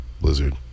Blizzard